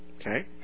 Okay